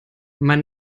man